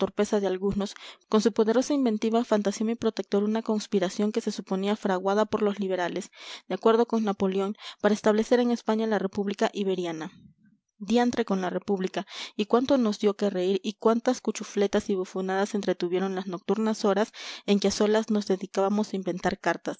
torpeza de algunos con su poderosa inventiva fantaseó mi protector una conspiración que se suponía fraguada por los liberales de acuerdo con napoleón para establecer en españa la república iberiana diantre con la república y cuánto nos dio que reír y cuántas cuchufletas y bufonadas entretuvieron las nocturnas horas en que a solas nos dedicábamos a inventar cartas